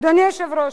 אדוני היושב-ראש,